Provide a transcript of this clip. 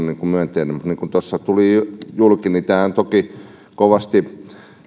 myönteinen mutta niin kuin tuossa tuli julki niin toki on kovasti